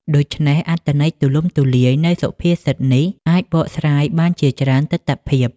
ដូច្នេះ អត្ថន័យទូលំទូលាយនៃសុភាសិតនេះអាចបកស្រាយបានជាច្រើនទិដ្ឋភាព។